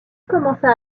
commença